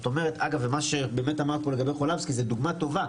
מה שאמרת פה לגבי איציק חולבסקי זו דוגמה טובה,